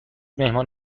مهمان